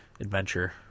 adventure